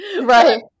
Right